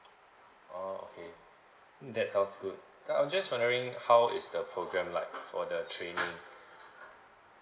oh okay that sounds good I'm just wondering how is the program like for the training